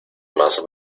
más